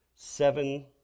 Seven